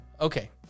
Okay